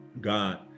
God